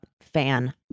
fan